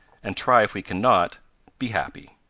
and try if we can not be happy.